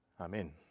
amen